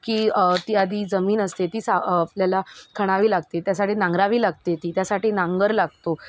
की ती आदी जमीन असते ती सा आपल्याला खणावी लागते त्यासाठी नांगरावी लागते ती त्यासाठी नांगर लागतो